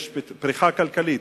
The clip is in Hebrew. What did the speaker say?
יש פריחה כלכלית.